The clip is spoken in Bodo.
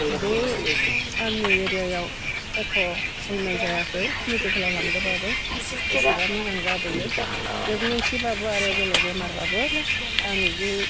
बे आंनि एरियायाव एख अयनाय जायाखै मिडिकेलाव लांदोब्लाबो एसेबा मोजां जाबोयो प्रेगनेन्सि ब्लाबो आरो बेलेग बेमार ब्लाबो आं बि